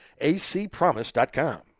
acpromise.com